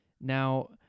Now